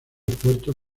puertos